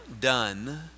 done